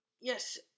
Yes